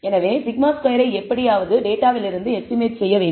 எனவே σ2 ஐ எப்படியாவது டேட்டாவிலிருந்து எஸ்டிமேட் செய்ய வேண்டும்